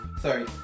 Sorry